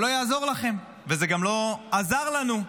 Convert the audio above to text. זה לא יעזור לכם, וזה גם לא עזר לנו.